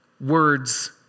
Words